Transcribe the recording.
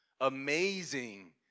amazing